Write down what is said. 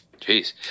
Jeez